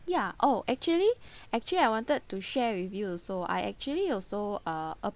ya oh actually actually I wanted to share with you also I actually also uh